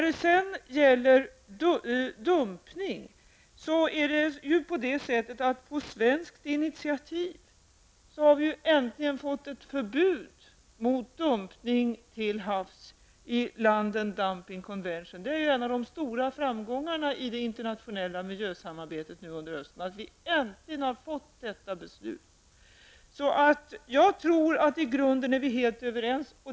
På svenskt initiativ har vi nu, genom London Dumping Convention, äntligen fått ett förbud mot dumpning till havs. Det är en av de stora framgångarna i det internationella miljösamarbetet nu under hösten att vi äntligen har fått detta beslut. Jag tror att vi i grunden är helt överens.